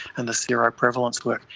and the seroprevalence work.